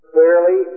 Clearly